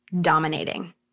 dominating